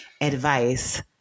advice